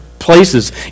places